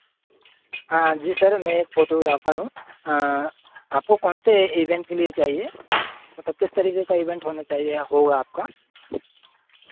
हाँ जी सर मैं एक फोटोग्राफ़र हूँ आपको कौन से इवेन्ट के लिए चाहिए मतलब किस तरीके का इवेन्ट होना चाहिए होगा आपका